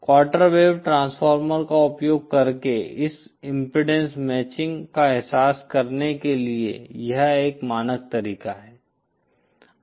quarter wave transformer का उपयोग करके इस इम्पीडेन्स मैचिंग का एहसास करने के लिए यह एक मानक तरीका है